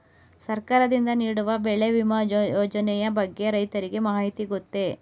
ಸರ್ಕಾರದಿಂದ ನೀಡುವ ಬೆಳೆ ವಿಮಾ ಯೋಜನೆಯ ಬಗ್ಗೆ ರೈತರಿಗೆ ಮಾಹಿತಿ ಗೊತ್ತೇ?